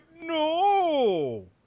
no